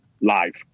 live